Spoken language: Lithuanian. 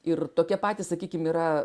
ir tokie patys sakykim yra